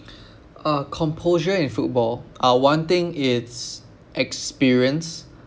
uh composure in football uh one thing it's experience